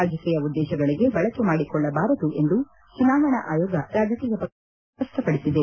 ರಾಜಕೀಯ ಉದ್ದೇಶಗಳಿಗೆ ಬಳಕೆ ಮಾಡಿಕೊಳ್ಳಬಾರದು ಎಂದು ಚುನಾವಣಾ ಆಯೋಗ ರಾಜಕೀಯ ಪಕ್ಷಗಳಿಗೆ ಪತ್ರ ಬರೆದು ಸ್ಪಷ್ಟಪಡಿಸಿದೆ